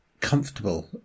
Comfortable